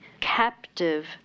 captive